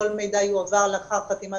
כל מידע יועבר לאחר חתימת